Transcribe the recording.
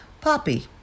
poppy